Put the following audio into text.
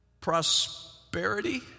prosperity